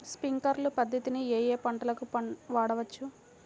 Sprinkler పద్ధతిని ఏ ఏ పంటలకు వాడవచ్చు?